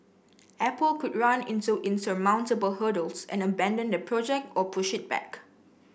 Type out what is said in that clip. Apple could run into insurmountable hurdles and abandon the project or push it back